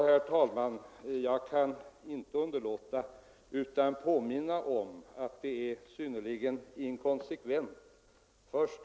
Herr talman! Jag kan inte underlåta att påpeka att statens handlande här är synnerligen inkonsekvent.